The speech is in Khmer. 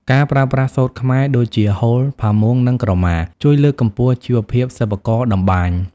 ការប្រើប្រាស់សូត្រខ្មែរដូចជា ហូល ផាមួង និងក្រមា ជួយលើកកម្ពស់ជីវភាពសិប្បករតម្បាញ។